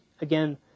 again